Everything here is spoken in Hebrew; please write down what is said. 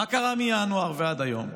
מה קרה מינואר ועד היום?